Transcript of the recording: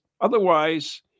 Otherwise